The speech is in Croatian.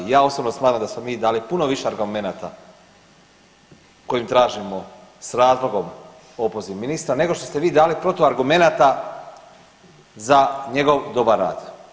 Ja osobno smatram da smo mi dali puno više argumenata kojim tražimo s razlogom opoziv ministra nego što ste vi dali protuargumenata za njegov dobar rad.